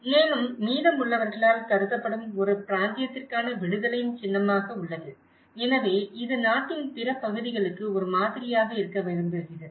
மேலும் மீதமுள்ளவர்களால் கருதப்படும் ஒரு பிராந்தியத்திற்கான விடுதலையின் சின்னமாக உள்ளது எனவே இது நாட்டின் பிற பகுதிகளுக்கு ஒரு மாதிரியாக இருக்க விரும்புகிறது